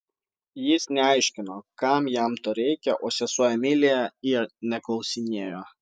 jis neaiškino kam jam to reikia o sesuo emilija ir neklausinėjo